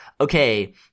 okay